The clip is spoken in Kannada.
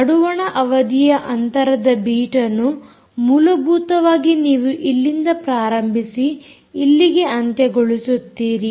ನಡುವಣ ಅವಧಿಯ ಅಂತರದ ಬೀಟ್ ಅನ್ನು ಮೂಲಭೂತವಾಗಿ ನೀವು ಇಲ್ಲಿಂದ ಪ್ರಾರಂಭಿಸಿ ಇಲ್ಲಿಗೆ ಅಂತ್ಯಗೊಳಿಸುತ್ತೀರಿ